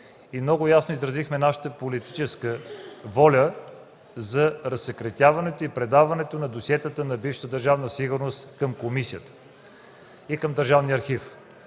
и много ясно изразихме нашата политическа воля за разсекретяването и предаването на досиетата на бившата Държавна сигурност към комисията и към Държавния архив.